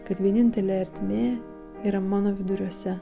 kad vienintelė ertmė yra mano viduriuose